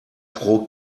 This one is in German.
pro